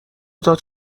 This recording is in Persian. داد